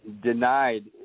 denied